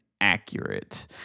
accurate